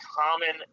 common